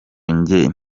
njye